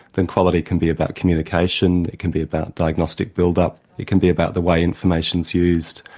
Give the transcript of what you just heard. then quality can be about communication, it can be about diagnostic build-up, it can be about the way information's used,